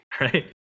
right